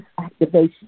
activation